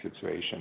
situation